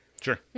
Sure